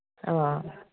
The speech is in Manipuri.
ꯑ